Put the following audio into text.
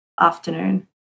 afternoon